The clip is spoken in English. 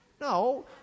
No